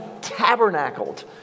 tabernacled